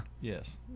Yes